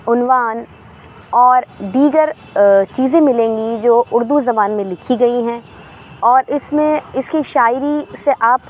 عنوان اور دیگر چیزیں ملیں گی جو اردو زبان میں لکھی گئی ہیں اور اس میں اس کی شاعری سے آپ